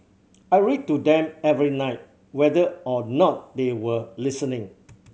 I read to them every night whether or not they were listening